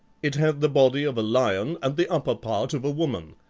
it had the body of a lion and the upper part of a woman.